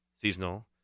seasonal